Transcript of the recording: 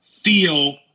feel